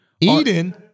Eden